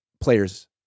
Players